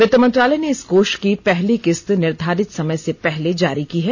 वित्त मंत्रालय ने इस कोष की पहली किस्त निर्धारित समय से पहले जारी की है